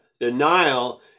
Denial